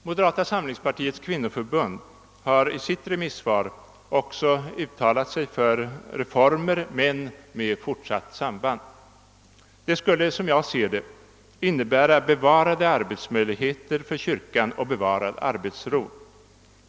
Moderata samlingspartiets kvinnoförbund har i sitt remissvar också uttalat sig för reformer men med fortsatt samband. Det skulle, som jag ser det, innebära bevarade arbetsmöjligheter för kyrkan och bevarad arbetsro.